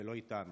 ולא איתנו,